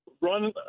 run